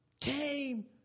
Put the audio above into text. Came